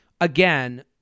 again